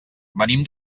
venim